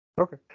Okay